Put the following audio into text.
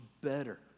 better